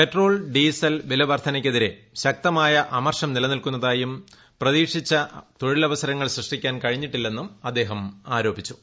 petrol diesel വില വർദ്ധനയ്ക്കെതിരെ ശക്തമായ അമർഷം നിലനിൽക്കുന്നതായും പ്രതീക്ഷിച്ച തൊഴിലവസരങ്ങൾ സൃഷ്ടിക്കാൻ കഴിഞ്ഞിട്ടില്ലെന്നും അദ്ദേഹം ആരോപിച്ചിരുന്നു